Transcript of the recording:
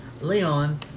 Leon